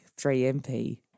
3MP